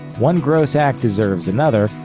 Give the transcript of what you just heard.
one gross act deserves another,